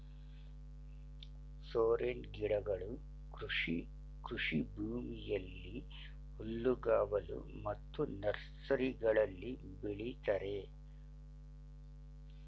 ಸೋರೆನ್ ಗಿಡಗಳು ಕೃಷಿ ಕೃಷಿಭೂಮಿಯಲ್ಲಿ, ಹುಲ್ಲುಗಾವಲು ಮತ್ತು ನರ್ಸರಿಗಳಲ್ಲಿ ಬೆಳಿತರೆ